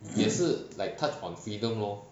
也是 like touch on freedom lor